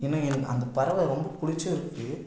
ஏன்னா எனக்கு அந்த பறவை ரொம்ப பிடிச்சும் இருக்கு